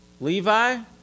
Levi